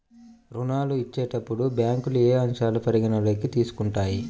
ఋణాలు ఇచ్చేటప్పుడు బ్యాంకులు ఏ అంశాలను పరిగణలోకి తీసుకుంటాయి?